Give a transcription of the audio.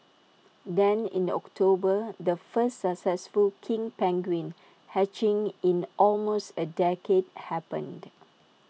then in October the first successful king penguin hatching in almost A decade happened